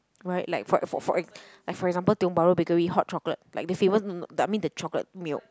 right like for for eg~ like for example Tiong-Bahru bakery hot chocolate like the famous I mean the chocolate milk